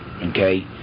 Okay